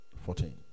Fourteen